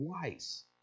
twice